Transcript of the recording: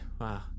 Wow